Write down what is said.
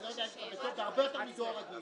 11 שקל --- זה הרבה יותר מדואר רגיל.